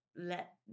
let